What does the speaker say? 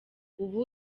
ubu